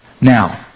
Now